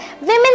women